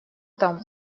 там